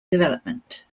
development